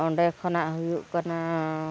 ᱚᱸᱰᱮ ᱠᱷᱚᱱᱟᱜ ᱦᱩᱭᱩᱜ ᱠᱟᱱᱟ